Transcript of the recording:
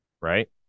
Right